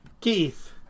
Keith